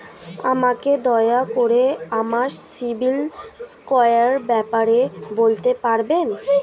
আমাকে দয়া করে আমার সিবিল স্কোরের ব্যাপারে বলতে পারবেন?